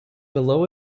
below